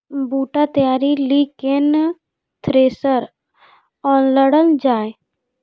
बूटा तैयारी ली केन थ्रेसर आनलऽ जाए?